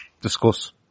Discuss